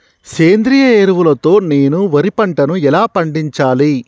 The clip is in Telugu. సేంద్రీయ ఎరువుల తో నేను వరి పంటను ఎలా పండించాలి?